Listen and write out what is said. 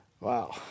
Wow